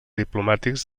diplomàtics